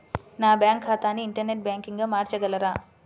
నా బ్యాంక్ ఖాతాని ఇంటర్నెట్ బ్యాంకింగ్గా మార్చగలరా?